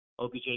OBJ